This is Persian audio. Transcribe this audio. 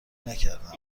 نکردند